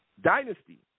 Dynasty